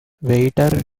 waiter